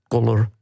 Color